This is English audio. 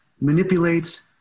manipulates